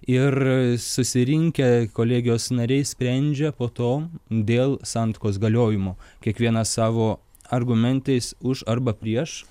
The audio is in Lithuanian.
ir susirinkę kolegijos nariai sprendžia po to dėl santuokos galiojimo kiekvienas savo argumentais už arba prieš